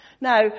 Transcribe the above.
Now